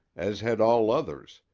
as had all others,